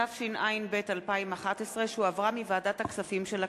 התשע"ב 2011, שהחזירה ועדת הכספים.